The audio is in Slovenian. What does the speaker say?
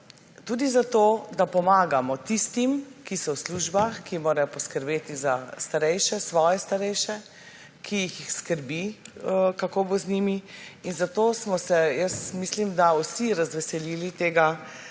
da tudi pomagamo tistim, ki so v službah, ki morajo poskrbeti za starejše, svoje starejše, ki jih skrbi kako bo z njimi. Zato smo se, jaz mislim, vsi razveselili tega